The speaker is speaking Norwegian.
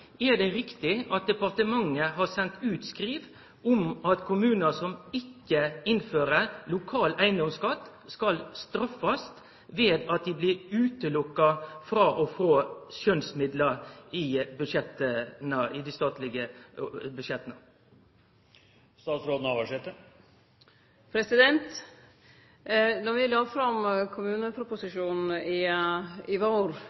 Er det riktig at departementet har sendt ut eit skriv om at kommunar som ikkje innfører lokal eigedomsskatt, skal straffast ved at dei blir utelatne frå å få skjønsmidlar i dei statlege budsjetta? Då vi la fram kommuneproposisjonen i vår,